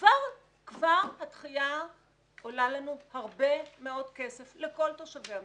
כבר הדחייה עולה לנו הרבה מאוד כסף לכל תושבי המדינה,